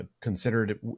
considered